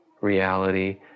reality